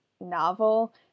novel